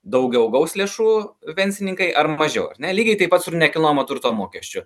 daugiau gaus lėšų pensininkai ar mažiau ar ne lygiai taip pat su ir nekilnojamo turto mokesčiu